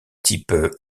type